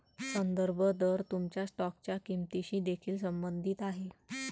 संदर्भ दर तुमच्या स्टॉकच्या किंमतीशी देखील संबंधित आहे